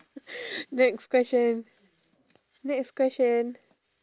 next question next question